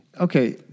okay